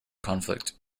conflict